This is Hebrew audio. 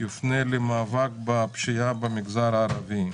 יופנה למאבק בפשיעה במגזר הערבי.